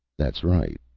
that's right,